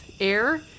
air